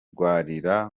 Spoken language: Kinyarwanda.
yakomerekeye